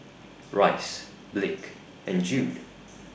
Rice Blake and Jude